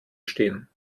stehen